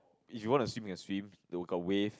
if you want to swim you can swim they got wave